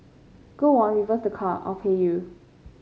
go on reverse the car I'll pay you